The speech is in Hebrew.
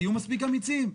תהיו מספיק אמיצים,